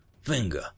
finger